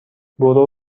برو